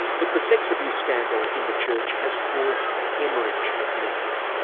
but the sex abuse scandal in the church has caused a haemorrhage of members.